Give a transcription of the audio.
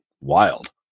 wild